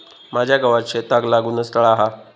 माझ्या गावात शेताक लागूनच तळा हा